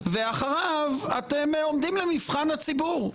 ואחריו אתם עומדים למבחן הציבור.